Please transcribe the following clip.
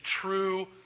true